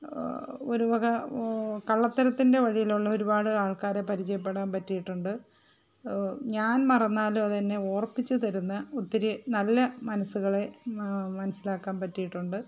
ഒരു വക കള്ളത്തരത്തിന്റെ വഴിയിലുള്ള ഒരുപാട് ആള്ക്കാരെ പരിചയപ്പെടാന് പറ്റിയിട്ടുണ്ട് ഞാന് മറന്നാലും അതെന്നെ ഓര്മ്മിപ്പിച്ച് തരുന്ന ഒത്തിരി നല്ല മനസ്സുകളെ മനസ്സിലാക്കാന് പറ്റിയിട്ടുണ്ട്